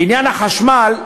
בעניין החשמל,